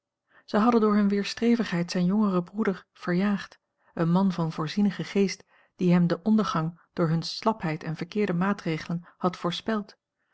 zij hadden door hunne weerstrevigheid zijn jongeren broeder verjaagd een man van voorzienigen geest die hem den ondergang door hunne slapheid en verkeerde maatregelen had voorspeld